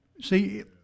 See